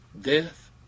Death